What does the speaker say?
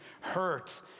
hurt